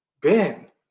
Ben